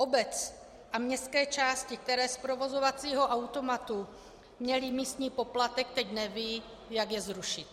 Obec a městské části, které z provozovacího automatu měly místní poplatek, teď nevědí, jak je zrušit.